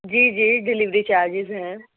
جی جی delivery charges ہیں